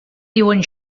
diuen